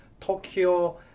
Tokyo